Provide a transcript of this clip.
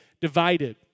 divided